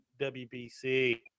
WBC